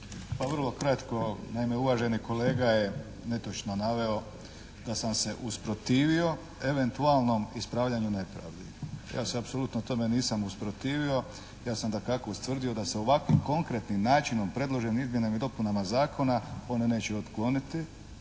Pa vrlo kratko. Naime, uvaženi kolega je netočno naveo da sam se usprotivio eventualnom ispravljaju nepravdi. Ja se apsolutno tome nisam usprotivio, ja sam dakako ustvrdio da se ovakvim konkretnim načinom predloženim izmjenama i dopunama zakona one neće otkloniti.